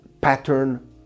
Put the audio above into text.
pattern